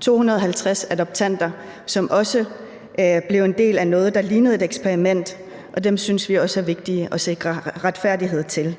250 adoptanter – der også blev en del af noget, der lignede et eksperiment, og dem synes vi også det er vigtigt at sikre retfærdighed for.